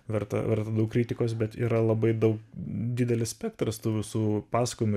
verta verta daug kritikos bet yra labai daug didelis spektras tų visų pasakojimų